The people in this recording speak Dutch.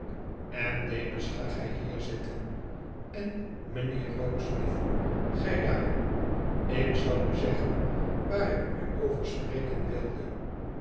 en demus ga gij hier zitten en mijnheer rokesmith gij daar ik zal u zeggen waar ik u over spreken wilde